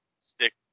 stick